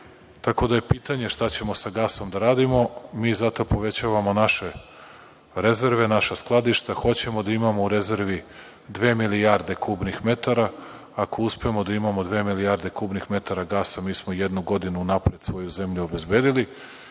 kako već. Pitanje je šta ćemo sa gasom da radimo. Zato povećavamo naše rezerve, naša skladišta. Hoćemo da imamo u rezervi dve milijarde kubnih metara. Ako uspemo da imamo dve milijarde kubnih metara gasa, mi smo jednu godinu unapred svoju zemlju obezbedili. Išao